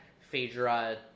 Phaedra